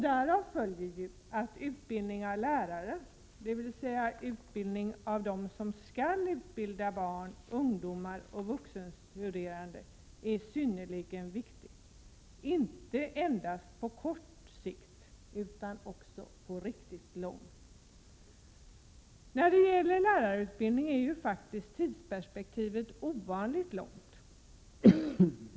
Därav följer att utbildning av lärare, dvs. av dem som skall utbilda barn, ungdomar och vuxenstuderande, är synnerligen viktig, inte endast på kort utan också på riktigt lång sikt. När det gäller lärarutbildningen får man anlägga ett ovanligt långt tidsperspektiv.